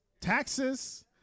Taxes